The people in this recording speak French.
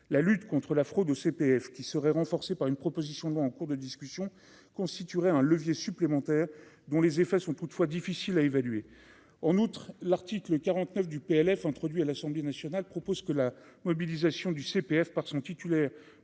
la lutte contre la fraude au CPF qui serait renforcée par une proposition de loi en cours de discussion constituerait un levier supplémentaire dont les effets sont toutefois difficile à évaluer, en outre, l'article 49 du PLF introduit à l'Assemblée nationale, propose que la mobilisation du CPF par son titulaire